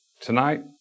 tonight